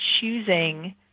choosing